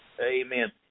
Amen